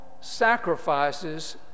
sacrifices